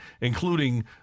including